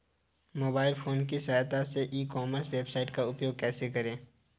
Mobile phone की सहायता से ई कॉमर्स वेबसाइट का उपयोग कैसे करें?